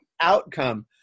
outcome